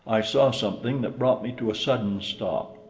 i saw something that brought me to a sudden stop.